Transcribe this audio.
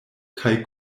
kaj